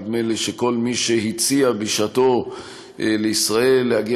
נדמה לי שכל מי שהציע בשעתו לישראל להגיע